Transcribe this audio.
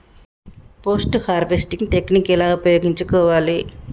Post harvesting technique ఎలా ఉపయోగించుకోవాలి?